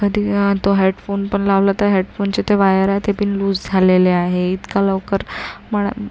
कधी तो हेडफोन पण लावला तर हेडफोनचे ते वायर आहे ते पण लूज झालेले आहे इतका लवकर म्हणा